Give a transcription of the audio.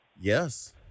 Yes